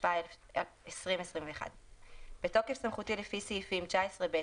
התשפ"א-2021 בתוקף סמכותי לפי סעיפים 19(ב),